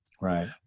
Right